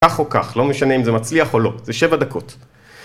‫כך או כך, לא משנה אם זה מצליח ‫או לא, זה שבע דקות.